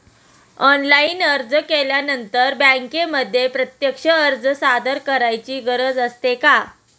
Online अर्ज केल्यानंतर बँकेमध्ये प्रत्यक्ष अर्ज सादर करायची गरज असते का?